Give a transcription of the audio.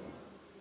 Gruppo.